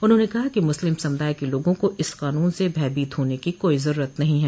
उन्होंने कहा कि मुस्लिम समुदाय के लोगों को इस क़ानून से भयभीत होने की कोई जरूरत नहीं है